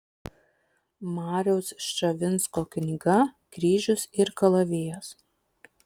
mariaus ščavinsko knyga kryžius ir kalavijas